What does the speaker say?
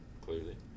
clearly